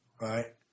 right